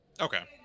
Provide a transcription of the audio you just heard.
Okay